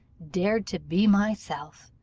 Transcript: dared to be myself!